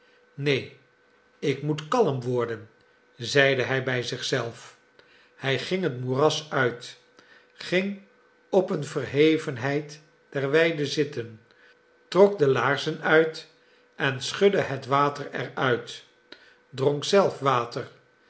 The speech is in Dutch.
neen ik moet kalm worden zeide hij bij zich zelf hij ging het moeras uit ging op een verhevenheid der weide zitten trok de laarzen uit en schudde het water er uit dronk zelf water